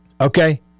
Okay